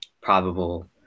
probable